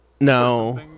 No